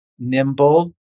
Nimble